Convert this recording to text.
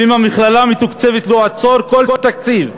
ואם המכללה מתוקצבת, לעצור כל תקציב.